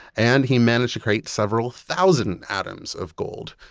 and he managed to create several thousand atoms of gold.